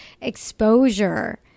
exposure